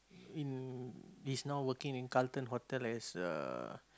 in he's now working in Carlton Hotel as uh